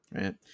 right